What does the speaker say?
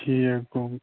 ٹھیٖک گوٚو